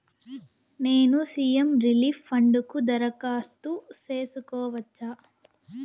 నేను CM relief fund కు దరఖాస్తు సేసుకోవచ్చా?